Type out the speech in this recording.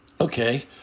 Okay